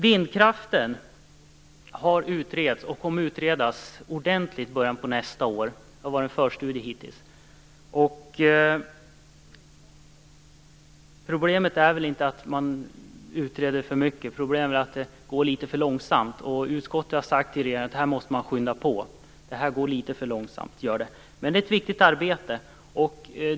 Vindkraften har utretts och kommer att utredas ordentligt i början på nästa år. Hittills har en förstudie gjorts. Problemet är inte att frågan utreds för mycket, men det går litet för långsamt. Utskottet har tidigare sagt att utredningen måste skyndas på. Det är ett viktigt arbete.